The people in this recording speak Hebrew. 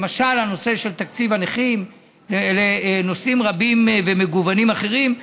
למשל הנושא של תקציב הנכים ונושאים רבים ומגוונים אחרים.